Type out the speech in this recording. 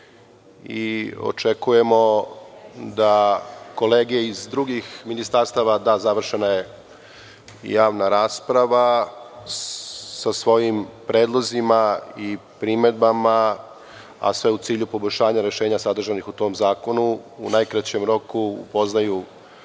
Očekujemo da kolege iz drugih ministarstava, da, završena je javna rasprava, sa svojim predlozima i primedbama, a sve u cilju poboljšanja rešenja sadržanih u tom zakonu, u najkraćem roku upoznaju